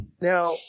Now